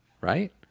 right